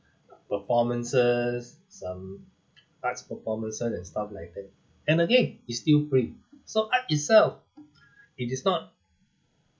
performances some arts performances and stuff like that and again it's still free so art itself it is not